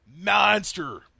Monster